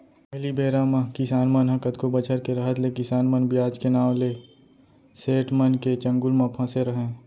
पहिली बेरा म किसान मन ह कतको बछर के रहत ले किसान मन बियाज के नांव ले सेठ मन के चंगुल म फँसे रहयँ